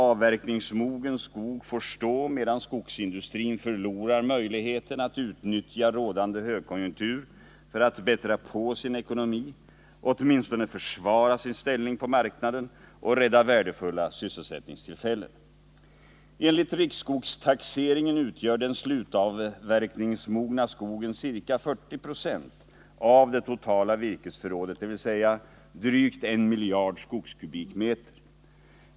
Avverkningsmogen skog får stå medan skogsindustrin förlorar möjligheterna att utnyttja rådande högkonjunktur för att bättra på sin ekonomi, åtminstone försvara sin ställning på marknaden och rädda värdefulla sysselsättningstillfällen. Enligt riksskogstaxeringen utgör den slutavverkningsmogna skogen ca 40 22, av det totala virkesförrådet, dvs. drygt en miljard skogskubikmeter.